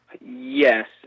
Yes